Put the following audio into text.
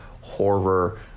horror